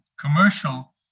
commercial